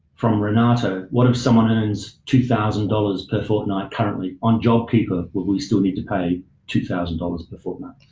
from renato, what if someone earns two thousand dollars per fortnight currently, on jobkeeper, will we still need to pay two thousand dollars per fortnight?